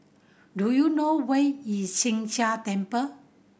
do you know where is Sheng Jia Temple